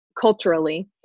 culturally